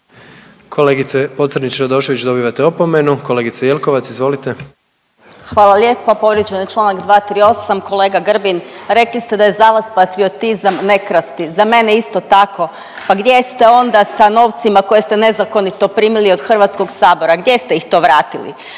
Kolegice Pocrnić Radošević dobivate opomenu. Kolegice Jelkovac, izvolite. **Jelkovac, Marija (HDZ)** Hvala lijepa. Povrijeđen je Članak 238., kolega Grbin rekli ste d je za vas patriotizam ne krasti. Za mene isto tako, pa gdje ste onda sa novcima koje ste nezakonito primili od Hrvatskog sabora, gdje ste ih to vratili?